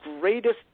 greatest